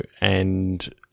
and-